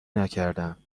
نکردم